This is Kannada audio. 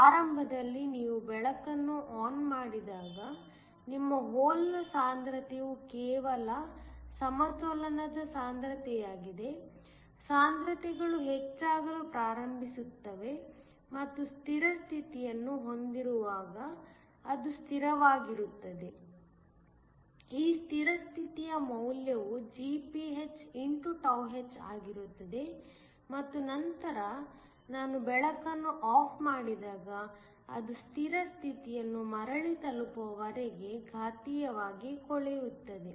ಆರಂಭದಲ್ಲಿ ನೀವು ಬೆಳಕನ್ನು ಆನ್ ಮಾಡಿದಾಗ ನಿಮ್ಮ ಹೋಲ್ನ ಸಾಂದ್ರತೆಯು ಕೇವಲ ಸಮತೋಲನದ ಸಾಂದ್ರತೆಯಾಗಿದೆ ಸಾಂದ್ರತೆಗಳು ಹೆಚ್ಚಾಗಲು ಪ್ರಾರಂಭಿಸುತ್ತವೆ ಮತ್ತು ಸ್ಥಿರ ಸ್ಥಿತಿಯನ್ನು ಹೊಂದಿರುವಾಗ ಅದು ಸ್ಥಿರವಾಗಿರುತ್ತದೆ ಈ ಸ್ಥಿರ ಸ್ಥಿತಿಯ ಮೌಲ್ಯವು Gph x h ಆಗಿರುತ್ತದೆ ಮತ್ತು ನಂತರ ನಾನು ಬೆಳಕನ್ನು ಆಫ್ ಮಾಡಿದಾಗ ಅದು ಸ್ಥಿರ ಸ್ಥಿತಿಯನ್ನು ಮರಳಿ ತಲುಪುವವರೆಗೆ ಘಾತೀಯವಾಗಿ ಕೊಳೆಯುತ್ತದೆ